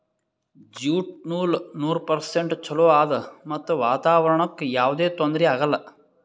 jute ನೂಲ್ ನೂರ್ percent ಚೊಲೋ ಆದ್ ಮತ್ತ್ ವಾತಾವರಣ್ಕ್ ಯಾವದೇ ತೊಂದ್ರಿ ಆಗಲ್ಲ